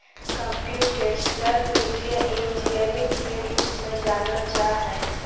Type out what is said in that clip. computational वित्त engineering के रूप में जानल जा हइ